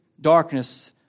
darkness